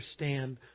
understand